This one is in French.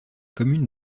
commune